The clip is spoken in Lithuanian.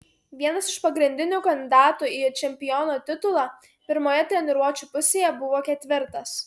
vienas iš pagrindinių kandidatų į čempiono titulą pirmoje treniruočių pusėje buvo ketvirtas